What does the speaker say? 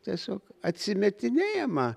tiesiog atsimetinėjama